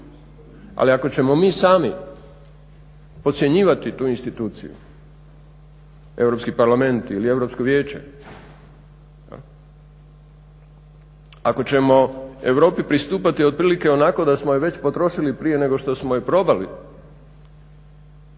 Ali ako ćemo mi sami procjenjivati tu instituciju, Europski parlament ili Europsko vijeće, ako ćemo Europi pristupati otprilike onako da smo je već potrošili prije nego što smo je probali,